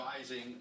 advising